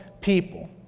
people